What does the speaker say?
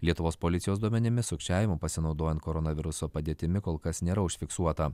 lietuvos policijos duomenimis sukčiavimų pasinaudojant koronaviruso padėtimi kol kas nėra užfiksuota